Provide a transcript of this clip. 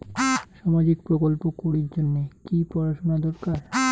সামাজিক প্রকল্প করির জন্যে কি পড়াশুনা দরকার?